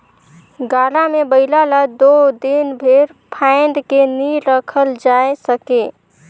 गाड़ा मे बइला ल दो दिन भेर फाएद के नी रखल जाए सके